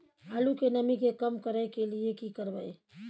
आलू के नमी के कम करय के लिये की करबै?